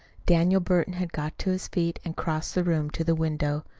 daniel burton had got to his feet and crossed the room to the window.